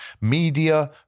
Media